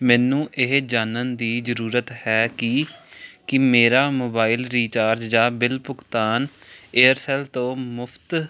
ਮੈਨੂੰ ਇਹ ਜਾਣਨ ਦੀ ਜ਼ਰੂਰਤ ਹੈ ਕਿ ਕੀ ਮੇਰਾ ਮੋਬਾਈਲ ਰੀਚਾਰਜ ਜਾਂ ਬਿੱਲ ਭੁਗਤਾਨ ਏਅਰਸੈਲ ਤੋਂ ਮੁਫ਼ਤ